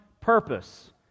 purpose